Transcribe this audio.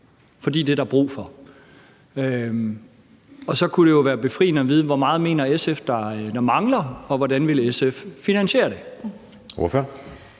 og det er der brug for. Og så kunne det jo være befriende at vide, hvor meget SF mener der mangler, og hvordan SF vil finansiere det. Kl.